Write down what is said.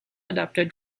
adapted